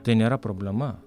tai nėra problema